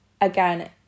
Again